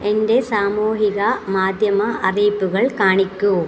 എൻ്റെ സാമൂഹിക മാദ്ധ്യമ അറിയിപ്പുകൾ കാണിക്കൂ